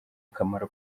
akamaro